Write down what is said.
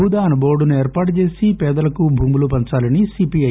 భూదాన్ బోర్డును ఏర్పాటుచేసి పేదలకు భూములు పంచాలని సీపీఐ